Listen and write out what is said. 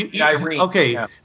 okay